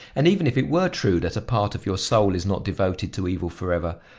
and even if it were true that a part of your soul is not devoted to evil forever,